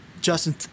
Justin